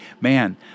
man